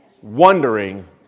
wondering